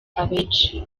abenshi